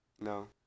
No